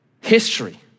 history